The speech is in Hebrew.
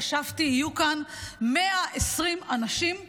חשבתי שיהיו כאן 120 אנשים חכמים,